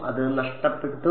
അത് നഷ്ടപ്പെട്ടു